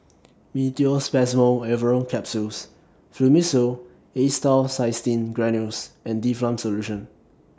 Meteospasmyl Alverine Capsules Fluimucil Acetylcysteine Granules and Difflam Solution